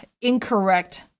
incorrect